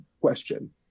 question